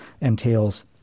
entails